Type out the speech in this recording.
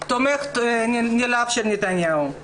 תומך נלהב של נתניהו.